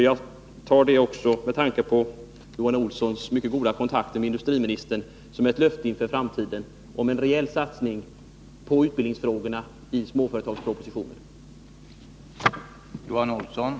é Med tanke på Johan Olssons mycket goda kontakter med industriministern tar jag det som ett löfte inför framtiden att det i småföretagspropositionen görs en rejäl satsning på utbildningsfrågorna.